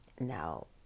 Now